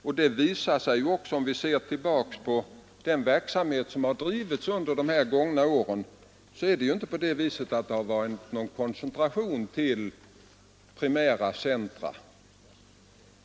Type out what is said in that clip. Om vi ser tillbaka på den verksamhet som drivits under de gångna åren, finner vi att det inte förekommit någon koncentration med lokaliseringsstöd till primära centra.